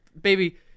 Baby